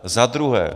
Za druhé.